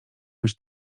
być